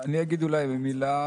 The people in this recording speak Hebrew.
אני אגיד אולי במילה.